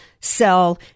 sell